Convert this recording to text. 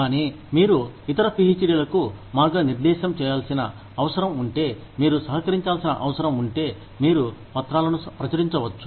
కానీ మీరు ఇతర పీహెచ్డీలకు మార్గనిర్దేశం చేయాల్సిన అవసరం ఉంటే మీరు సహకరించాల్సిన అవసరం ఉంటే మీరు పత్రాలను ప్రచురించవచ్చు